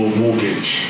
mortgage